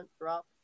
drop